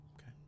Okay